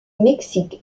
mexique